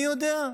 אני יודע,